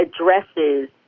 addresses